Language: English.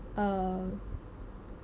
err